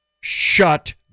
shut